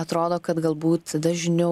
atrodo kad galbūt dažniau